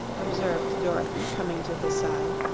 observed dorothy, coming to his side.